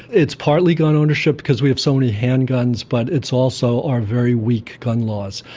it's partly gun ownership because we have so many handguns, but it's also our very weak gun laws.